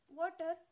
water